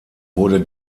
wurde